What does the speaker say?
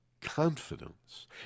confidence